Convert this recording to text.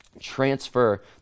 Transfer